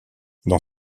dans